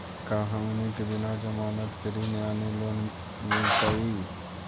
का हमनी के बिना जमानत के ऋण यानी लोन मिलतई?